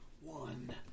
one